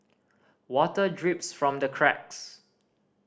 water drips from the cracks